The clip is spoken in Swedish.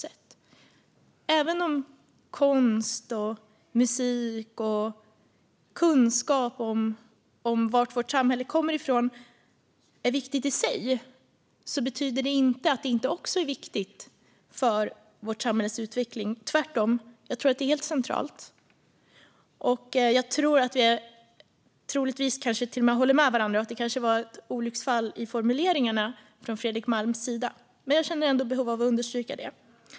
Även om konst och musik och kunskap om var vårt samhälle kommer ifrån är viktigt i sig betyder det inte att det inte också är viktigt för vårt samhälles utveckling. Jag tror att det tvärtom är helt centralt, och jag tror att vi kanske till och med håller med varandra där. Det kanske var ett olycksfall i formuleringen från Fredrik Malms sida, men jag känner ändå ett behov av att understryka det.